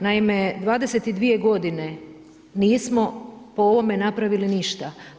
Naime 22 godine nismo po ovome napravili ništa.